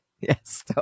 Yes